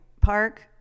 park